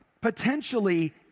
Potentially